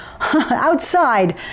outside